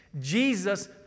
Jesus